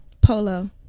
Polo